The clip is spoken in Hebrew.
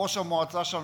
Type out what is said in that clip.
ראש המועצה שם,